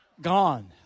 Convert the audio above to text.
Gone